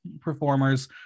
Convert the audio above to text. performers